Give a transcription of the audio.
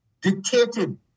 dictated